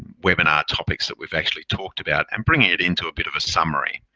webinar topics that we've actually talked about and bringing it into a bit of a summary.